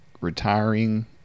retiring